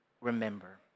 remember